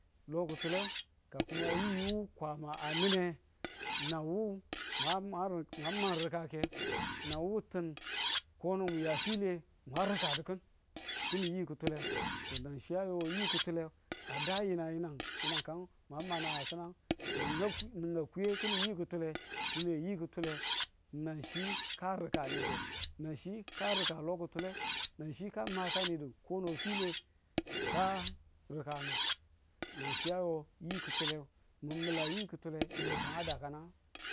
lo kutule kaku mu yi wu kwama a nin ne na wo mwa man mwa man rikkake na wu tin kono mun yafile, mwa rikadukin kini yi kutule to nan chi a yo yi kutule a da yinang yinang, yinang kan mwa ma nagang kinang ni nga ni nga kuye kinin yi kutule dine yi kutule nan chi ka rikanide nan chi ka rika lo kutube nan chi ka makanidu kono file ka rikani nan chi a yo yi kutule. mi mila yi kutule yinang a dakanan